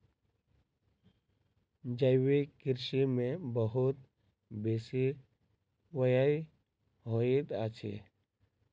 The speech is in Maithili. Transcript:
जैविक कृषि में बहुत बेसी व्यय होइत अछि